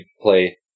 play